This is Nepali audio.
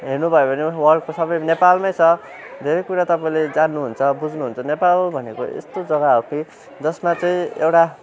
हेर्नुभयो भने वर्ल्डको सबै नेपालमै छ धेरै कुरा तपाईँले जान्नुहुन्छ बुझ्नुहुन्छ नेपाल भनेको यस्तो जग्गा हो कि जसमा चाहिँ एउटा